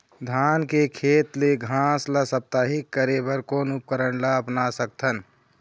धान के खेत ले घास ला साप्ताहिक करे बर कोन उपकरण ला अपना सकथन?